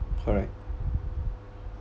correct